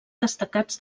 destacats